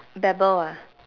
babble ah